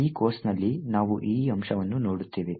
ಈ ಕೋರ್ಸ್ನಲ್ಲಿ ನಾವು ಈ ಅಂಶವನ್ನು ನೋಡುತ್ತೇವೆ